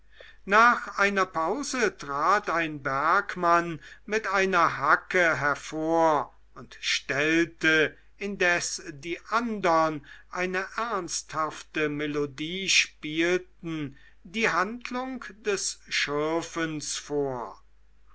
nach einer pause trat ein bergmann mit einer hacke hervor und stellte indes die andern eine ernsthafte melodie spielten die handlung des schürfens vor